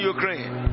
Ukraine